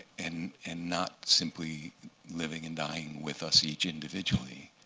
and and not simply living and dying with us each individually,